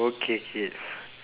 okay okay